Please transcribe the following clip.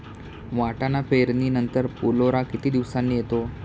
वाटाणा पेरणी नंतर फुलोरा किती दिवसांनी येतो?